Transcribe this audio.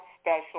special